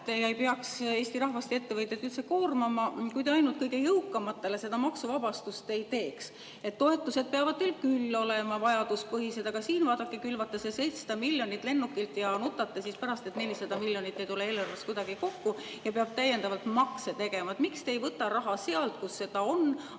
ja ei peaks Eesti rahvast ja ettevõtjaid üldse koormama, kui te ainult kõige jõukamatele seda maksuvabastust ei teeks. Toetused peavad teil küll olema vajaduspõhised, aga siin, vaadake, külvate 700 miljonit lennukilt ja siis pärast nutate, et 400 miljonit ei tule eelarves kuidagi kokku ja peab täiendavalt makse tegema. Miks te ei võta raha sealt, kus seda on, vaid